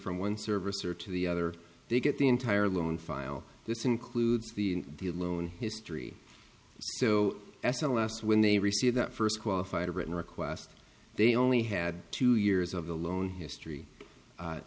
from one service or to the other they get the entire loan file this includes the the loan history so s l s when they receive that first qualified written request they only had two years of the loan history